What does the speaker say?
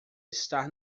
estar